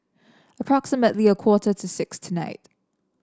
approximately a quarter to six tonight